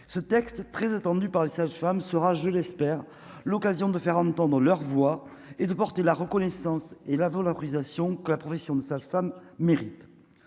ce texte très attendu par les sages-femmes sera je l'espère, l'occasion de faire entendre leur voix et de porter la reconnaissance et la valorisation que la profession de sage-femme mérite